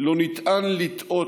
לא ניתן לטעות,